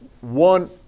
one